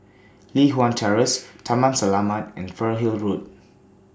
Li Hwan Terrace Taman Selamat and Fernhill Road